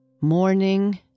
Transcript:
morning